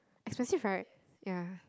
expensive right ya